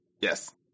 Yes